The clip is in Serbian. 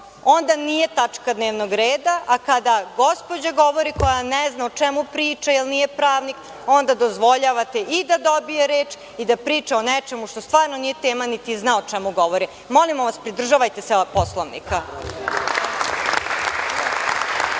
onda nije tačka dnevnog reda, a kada gospođa govori koja ne zna o čemu priča, jer nije pravnik, onda dozvoljavate i da dobije reč i da priča o nečemu što stvarno nije tema niti zna o čemu govori. Molimo vas, pridržavajte se Poslovnika.